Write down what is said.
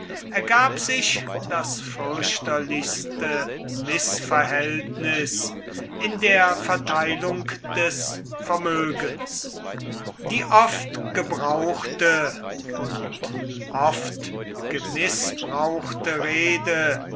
ergab sich das fürchterlichste mißverhältnis in der verteilung des vermögens die oft gebrauchte und oft gemißbrauchte rede